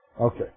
Okay